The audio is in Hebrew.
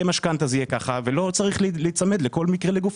משכנתא זה ככה ולא צריך להיצמד לכל מקרה לגופו,